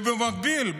במקביל,